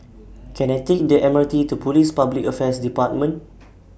Can I Take The M R T to Police Public Affairs department